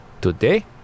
today